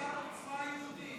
יש פה חברי סיעה,